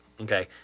Okay